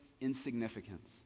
insignificance